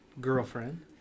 girlfriend